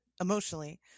emotionally